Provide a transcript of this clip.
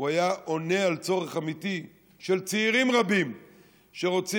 הוא היה עונה על צורך אמיתי של צעירים רבים שרוצים